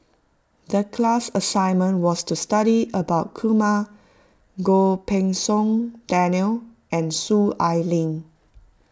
the class assignment was to study about Kumar Goh Pei Siong Daniel and Soon Ai Ling